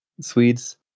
Swedes